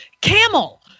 camel